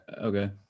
Okay